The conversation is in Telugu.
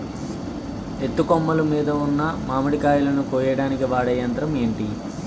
ఎత్తు కొమ్మలు మీద ఉన్న మామిడికాయలును కోయడానికి వాడే యంత్రం ఎంటి?